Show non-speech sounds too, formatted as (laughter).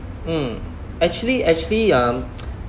mm actually actually um (noise)